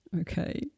okay